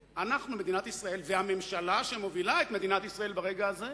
מדינת ישראל והממשלה שמובילה את מדינת ישראל ברגע הזה,